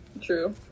true